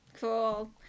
Cool